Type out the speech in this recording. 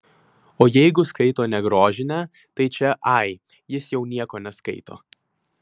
o jeigu skaito ne grožinę tai čia ai jis jau nieko neskaito